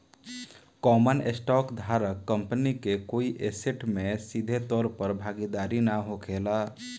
common stock धारक company के कोई ऐसेट में सीधे तौर पर भागीदार ना होखेला